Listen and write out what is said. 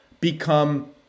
become